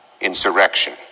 insurrection